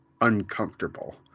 uncomfortable